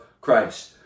Christ